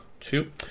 Two